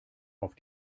auf